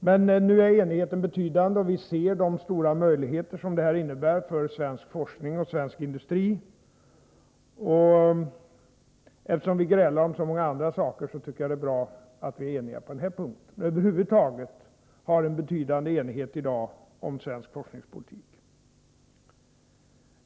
Men nu är enigheten betydande, och vi ser de stora möjligheter som detta innebär för svensk forskning och svensk industri. Eftersom vi grälar om så många andra saker är det bra att vi är eniga på denna punkt, att vi över huvud taget i dag har en betydande enighet om svensk forskningspolitik.